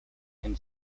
and